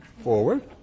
forward